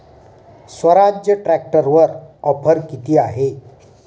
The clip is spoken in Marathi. स्वराज्य ट्रॅक्टरवर ऑफर किती आहे?